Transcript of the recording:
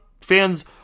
fans